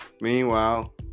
Meanwhile